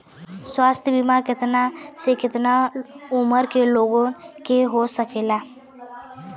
स्वास्थ्य बीमा कितना से कितना उमर के लोगन के हो सकेला?